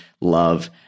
love